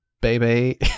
baby